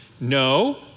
No